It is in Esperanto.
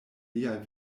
liaj